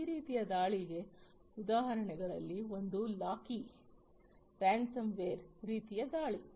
ಈ ರೀತಿಯ ದಾಳಿಯ ಉದಾಹರಣೆಗಳಲ್ಲಿ ಒಂದು ಲಾಕಿ ರೇನ್ಸಮ್ ವೇರ್ ರೀತಿಯ ದಾಳಿ